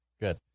Good